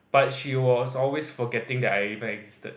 but she was always forgetting that I even existed